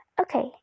Okay